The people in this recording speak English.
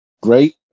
great